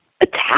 attack